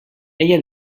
ella